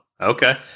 Okay